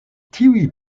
tiuj